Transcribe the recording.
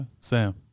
Sam